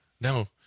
No